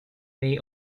may